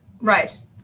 right